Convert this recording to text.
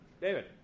David